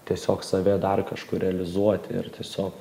tiesiog save dar kažkur realizuoti ir tiesiog